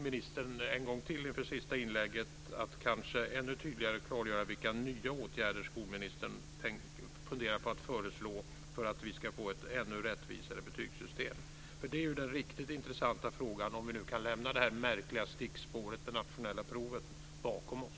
Jag ber en gång till, inför sista inlägget, ministern att ännu tydligare klargöra vilka nya åtgärder skolministern funderar på att föreslå för att vi ska få ett ännu mer rättvist betygssystem. Det är den riktigt intressanta frågan, om vi nu kan lämna det märkliga stickspåret med de nationella proven bakom oss.